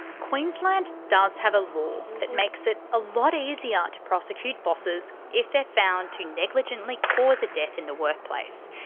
queensland does have a law law that makes it a lot easier to prosecute bosses if they're found to negligently cause a death in the workplace.